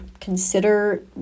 consider